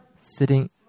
sitting